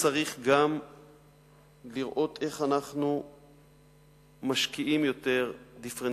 צריך גם לראות איך אנחנו משקיעים יותר דיפרנציאלית.